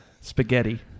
Spaghetti